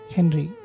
Henry